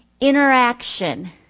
interaction